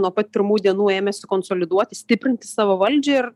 nuo pat pirmų dienų ėmėsi konsoliduoti stiprinti savo valdžią ir